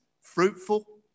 fruitful